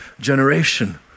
generation